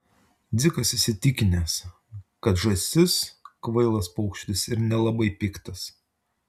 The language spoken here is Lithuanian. dzikas įsitikinęs kad žąsis kvailas paukštis ir nelabai piktas